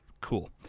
Cool